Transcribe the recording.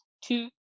two